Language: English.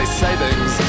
savings